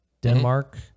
Denmark